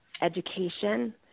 education